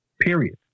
period